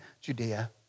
Judea